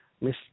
Miss